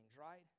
right